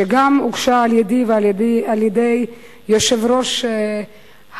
שגם הוגשה על ידי ועל-ידי היושב-ראש הנוכחי,